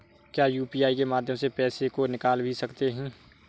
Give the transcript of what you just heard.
क्या यू.पी.आई के माध्यम से पैसे को निकाल भी सकते हैं?